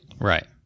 Right